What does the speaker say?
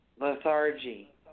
lethargy